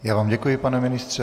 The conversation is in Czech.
Já vám děkuji, pane ministře.